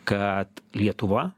kad lietuva